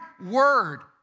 word